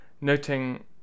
noting